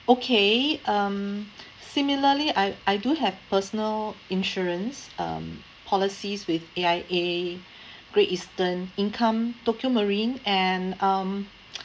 okay um similarly I I do have personal insurance um policies with A_I_A great eastern income tokio marine and um